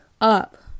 up